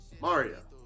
Mario